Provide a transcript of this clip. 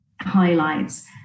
highlights